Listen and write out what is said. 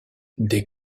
des